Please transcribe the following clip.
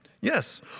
Yes